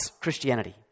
Christianity